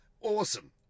awesome